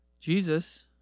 Jesus